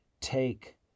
take